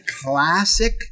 classic